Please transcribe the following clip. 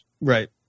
Right